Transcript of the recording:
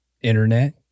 internet